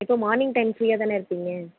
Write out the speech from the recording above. இப்போது morning time ஃப்ரீயாக தானே இருப்பீங்க